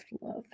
love